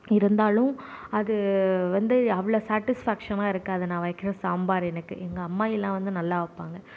இருந்தாலும் அது வந்து அவ்வளோ சாட்டிஸ்ஃபேக்ஷனாக இருக்காது நான் வைக்கிற சாம்பார் எனக்கு எங்கள் அம்மாயிலாம் வந்து நல்லா வைப்பாங்க